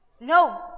No